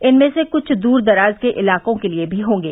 इनमें से कुछ दूर दराज के इलाकों के लिए भी होंगे